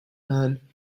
man